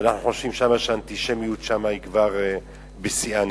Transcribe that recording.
שאנחנו חושבים שהאנטישמיות שם נמצאת בשיאה.